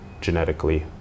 genetically